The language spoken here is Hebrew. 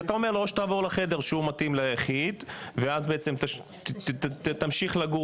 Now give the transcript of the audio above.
או שתעבור לחדר שהוא מתאים ליחיד ואז בעצם תמשיך לגור